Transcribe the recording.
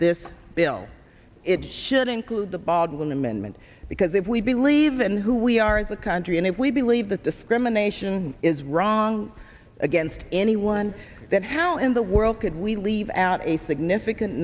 this bill it should include the baldwin amendment because if we believe in who we are as a country and if we believe that discrimination is wrong against anyone that how in the world could we leave out a significant